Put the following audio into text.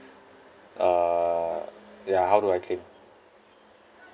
uh ya how do I claim